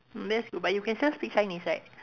yes but you can still speak Chinese right